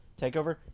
TakeOver